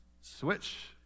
Switch